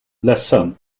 ledsen